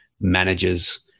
managers